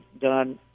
done